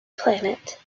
planet